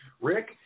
Rick